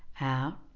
Out